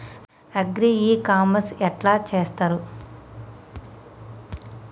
Agri e commerce ఎట్ల చేస్తరు?